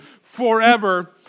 forever